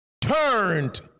turned